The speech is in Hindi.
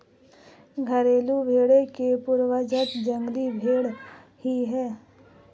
घरेलू भेंड़ के पूर्वज जंगली भेंड़ ही है